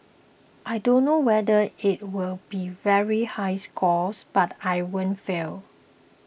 I don't know whether it'll be very high scores but I won't fail